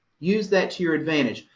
use that to your advantage.